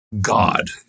God